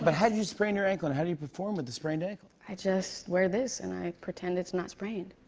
but how did you sprain your ankle, and how do you perform with a sprained ankle? i just wear this, and i pretend it's not sprained.